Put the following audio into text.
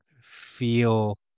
feel